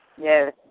Yes